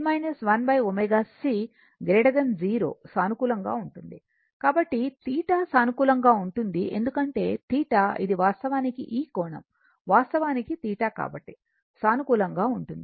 కాబట్టి ω L 1 ω C 0 సానుకూలంగా ఉంటుంది కాబట్టి θ సానుకూలంగా ఉంటుంది ఎందుకంటే θ ఇది వాస్తవానికి ఈ కోణం వాస్తవానికి θ కాబట్టి సానుకూలంగా ఉంటుంది